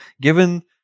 Given